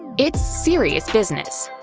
it's serious business.